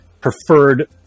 preferred